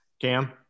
Cam